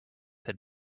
had